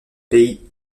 pays